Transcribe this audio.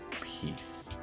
peace